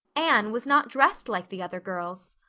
anne was not dressed like the other girls!